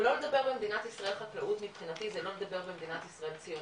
ולא לדבר במדינת ישראל חקלאות מבחינתי זה לא לדבר במדינת ישראל ציונות.